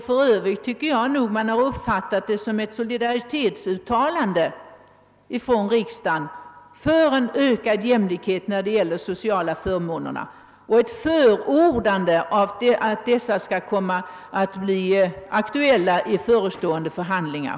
För övrigt är det min mening att man har uppfattat utskottets förslag som ett solidaritetsuttalande från riksdagen för en ökad jämlikhet när det gäller de sociala förmånerna och ett förordande av att den frågan aktualiseras i förestående förhandlingar.